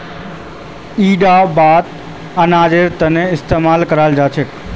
इटा बात अनाजेर तने इस्तेमाल कराल जा छे